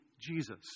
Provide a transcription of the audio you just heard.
Jesus